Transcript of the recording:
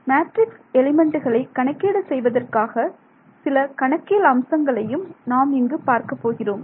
matrix எலிமெண்ட்டுகளை கணக்கீடு செய்வதற்காக சில கணக்கியல் அம்சங்களையும் நாம் இங்கு பார்க்க போகிறோம்